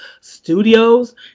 Studios